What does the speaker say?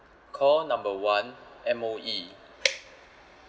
call number one M_O_E